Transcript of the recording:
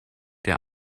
der